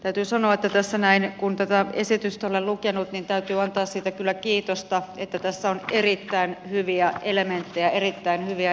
täytyy sanoa että kun esitystä olen lukenut niin täytyy kyllä antaa siitä kiitosta että tässä on erittäin hyviä elementtejä erittäin hyviä esityksiä